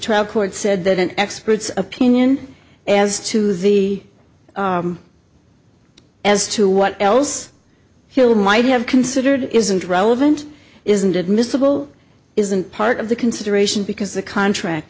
trial court said that an expert's opinion as to the as to what els hill might have considered isn't relevant isn't admissible isn't part of the consideration because the contract